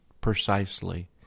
precisely